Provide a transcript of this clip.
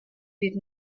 did